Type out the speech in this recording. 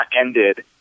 ended